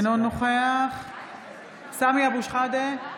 אינו נוכח סמי אבו שחאדה,